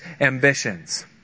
ambitions